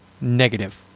Negative